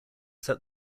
set